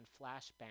flashbang